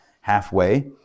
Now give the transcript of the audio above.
halfway